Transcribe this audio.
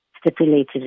stipulated